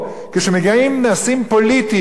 כשמגיעים נושאים פוליטיים,